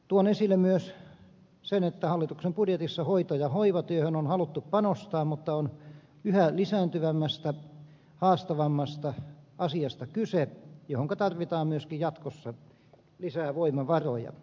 tuon esille myös sen että hallituksen budjetissa hoito ja hoivatyöhön on haluttu panostaa mutta on yhä lisääntyvämmästä haastavammasta asiasta kyse johonka tarvitaan myöskin jatkossa lisää voimavaroja